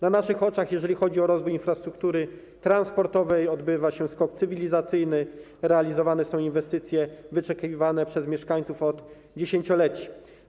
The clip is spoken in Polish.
Na naszych oczach, jeżeli chodzi o rozwój infrastruktury transportowej, odbywa się skok cywilizacyjny, realizowane są inwestycje wyczekiwane przez mieszkańców od dziesięcioleci.